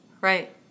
Right